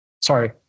sorry